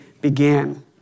began